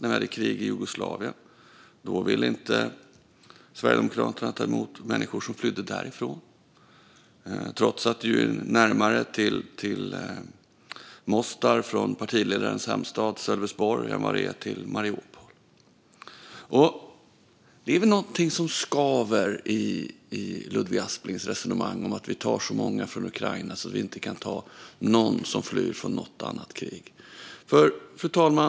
När det var krig i Jugoslavien ville inte Sverigedemokraterna ta emot människor som flydde därifrån, trots att det är närmare till Mostar från partiledarens hemstad Sölvesborg än vad det är till Mariupol. Det är någonting som skaver i Ludvig Asplings resonemang om att vi tar så många från Ukraina att vi inte kan ta någon som flyr från något annat krig. Fru talman!